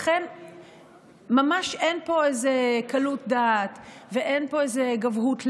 לכן ממש אין פה איזו קלות דעת ואין פה איזו גבהות לב,